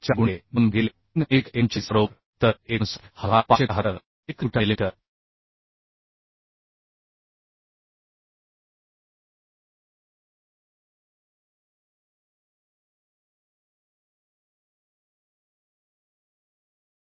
64 गुणिले 2 भागिले 3 139 बरोबर